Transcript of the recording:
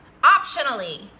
optionally